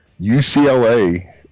UCLA